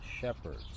shepherds